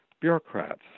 bureaucrats